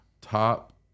Top